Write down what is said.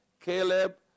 Caleb